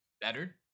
better